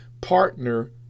partner